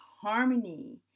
harmony